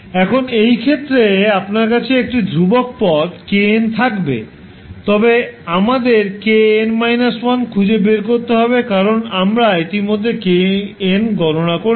এখন এই ক্ষেত্রে আপনার কাছে একটি ধ্রুবক পদ kn থাকবে তবে আমাদের kn−1 খুঁজে বের করতে হবে কারণ আমরা ইতিমধ্যে kn গণনা করেছি